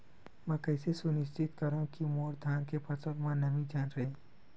मैं कइसे सुनिश्चित करव कि मोर धान के फसल म नमी झन रहे?